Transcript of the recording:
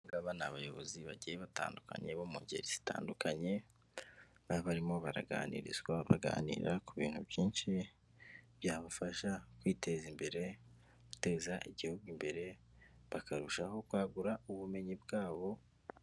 Ndabona abayobozi bagiye batandukanye bo mu ngeri zitandukanye, baba barimo baraganirizwa baganira ku bintu byinshi, byabafasha kwiteza imbere, guteza igihugu imbere, bakarushaho kwagura ubumenyi bwabo.